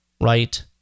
right